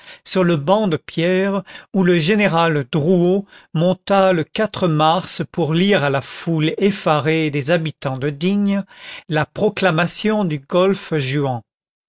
sur le banc de pierre où le général drouot monta le mars pour lire à la foule effarée des habitants de digne la proclamation du golfe juan